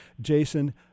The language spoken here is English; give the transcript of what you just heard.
Jason